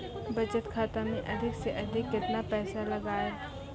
बचत खाता मे अधिक से अधिक केतना पैसा लगाय ब?